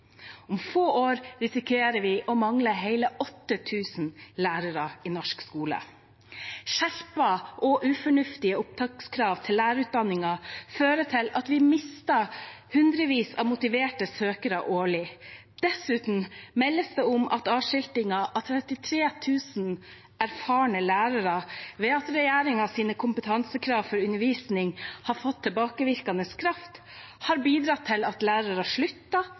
Om få år risikerer vi å mangle hele 8 000 lærere i norsk skole. Skjerpede og ufornuftige opptakskrav til lærerutdanningen fører til at vi mister hundrevis av motiverte søkere årlig. Dessuten meldes det om at avskiltingen av 33 000 erfarne lærere ved at regjeringens kompetansekrav for undervisning har fått tilbakevirkende kraft, har bidratt til at lærere